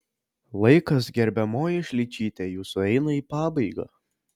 laikas gerbiamoji šličyte jūsų eina į pabaigą